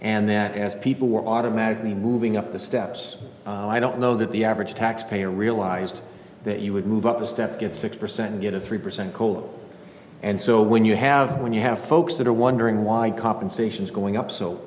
and that as people were automatically moving up the steps i don't know that the average taxpayer realized that you would move up a step get six percent and get a three percent cola and so when you have when you have folks that are wondering why compensation is going up so